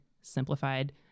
simplified